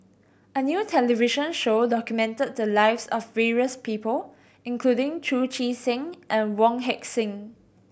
a new television show documented the lives of various people including Chu Chee Seng and Wong Heck Sing